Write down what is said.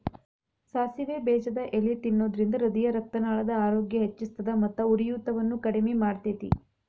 ಸಾಸಿವೆ ಬೇಜದ ಎಲಿ ತಿನ್ನೋದ್ರಿಂದ ಹೃದಯರಕ್ತನಾಳದ ಆರೋಗ್ಯ ಹೆಚ್ಹಿಸ್ತದ ಮತ್ತ ಉರಿಯೂತವನ್ನು ಕಡಿಮಿ ಮಾಡ್ತೆತಿ